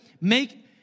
make